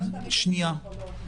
הנציגים שלהם.